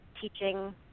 teaching